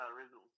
original